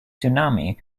tsunami